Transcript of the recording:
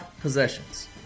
possessions